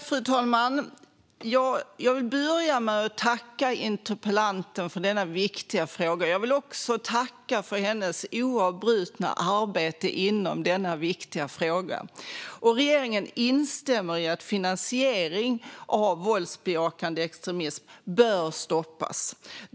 Fru talman! Låt mig börja med att tacka interpellanten för denna viktiga fråga. Jag vill också tacka för hennes oavbrutna arbete i denna viktiga fråga. Regeringen instämmer i att finansiering av våldsbejakande extremism bör stoppas.